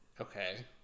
Okay